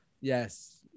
Yes